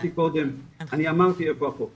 אני אמרתי איפה החוק,